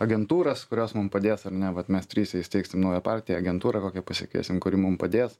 agentūras kurios mum padės ar ne vat mes trise įsteigsim naują partiją agentūrą kokią pasikviesim kuri mum padės